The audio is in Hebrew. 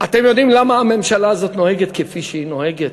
אתם יודעים למה הממשלה הזאת נוהגת כפי שהיא נוהגת?